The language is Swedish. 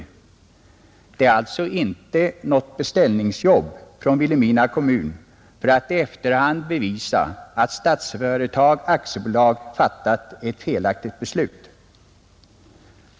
Det är alltså inte något beställningsjobb från Vilhelmina kommun för att i efterhand bevisa att Statsföretag AB fattat ett felaktigt beslut.